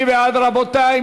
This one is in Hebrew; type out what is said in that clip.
מי בעד, רבותי?